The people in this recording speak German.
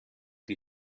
die